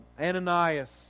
Ananias